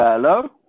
hello